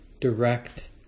direct